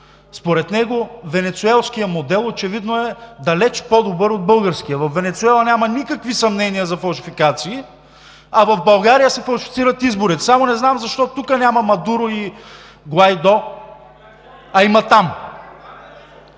Според него венецуелският модел очевидно е далеч по-добър от българския. Във Венецуела няма никакви съмнения за фалшификации, а в България се фалшифицират избори! Само не знам защо тук няма Мадуро и Гуайдо (шум и